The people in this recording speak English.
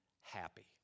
happy